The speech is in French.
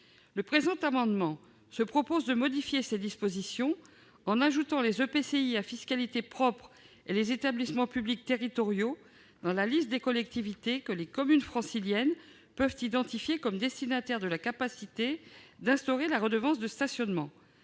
Le présent amendement vise à modifier ces dispositions, en ajoutant les EPCI à fiscalité propre et les établissements publics territoriaux dans la liste des collectivités que les communes franciliennes peuvent identifier comme destinataires de la capacité d'instaurer la redevance de stationnement.